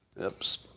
Oops